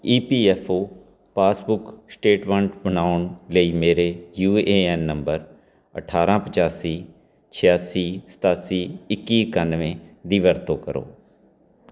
ਈ P F O passbook statement ਬਣਾਉਣ ਲਈ ਮੇਰੇ ਯੂ ਏ ਐੱਨ ਨੰਬਰ ਅਠਾਰ੍ਹਾਂ ਪਚਾਸੀ ਛਿਆਸੀ ਸਤਾਸੀ ਇੱਕੀ ਇਕਾਨਵੇਂ ਦੀ ਵਰਤੋਂ ਕਰੋ